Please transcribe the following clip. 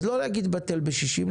אז לא להגיד בטל בשישים,